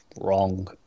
wrong